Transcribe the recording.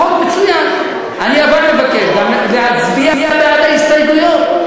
החוק מצוין, אבל אני מבקש להצביע בעד ההסתייגויות.